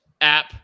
app